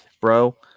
Bro